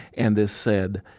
and they said,